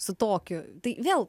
su tokiu tai vėl